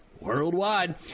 worldwide